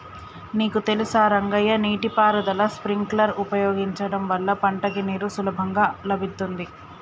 నీకు తెలుసా రంగయ్య నీటి పారుదల స్ప్రింక్లర్ ఉపయోగించడం వల్ల పంటకి నీరు సులభంగా లభిత్తుంది